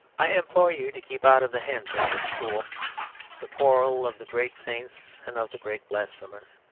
i implore you to keep out of the hands of this fool the quarrel of the great saints and of the great blasphemers.